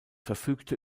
verfügte